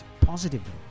positively